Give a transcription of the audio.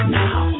now